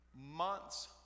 months